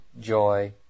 joy